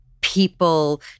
people